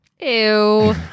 Ew